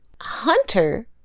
Hunter